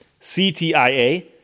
CTIA